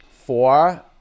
Four